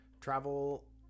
travel